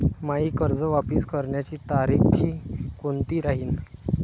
मायी कर्ज वापस करण्याची तारखी कोनती राहीन?